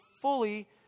fully